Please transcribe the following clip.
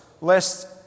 lest